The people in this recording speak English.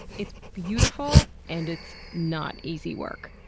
it's beautiful and it's not easy work.